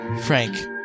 Frank